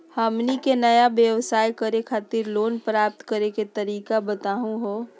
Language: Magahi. हमनी के नया व्यवसाय करै खातिर लोन प्राप्त करै के तरीका बताहु हो?